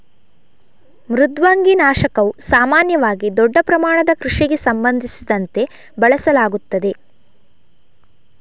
ಮೃದ್ವಂಗಿ ನಾಶಕವು ಸಾಮಾನ್ಯವಾಗಿ ದೊಡ್ಡ ಪ್ರಮಾಣದ ಕೃಷಿಗೆ ಸಂಬಂಧಿಸಿದಂತೆ ಬಳಸಲಾಗುತ್ತದೆ